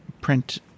print